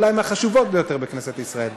אולי מהחשובות ביותר בכנסת ישראל,